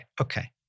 Okay